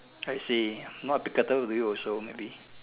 I see more applicable to you also maybe